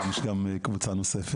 היום יש גם קבוצה נוספת.